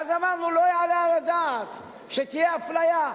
ואז אמרנו: לא יעלה על הדעת שתהיה אפליה,